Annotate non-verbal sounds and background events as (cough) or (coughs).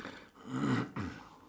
(coughs)